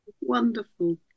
Wonderful